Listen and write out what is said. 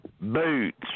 boots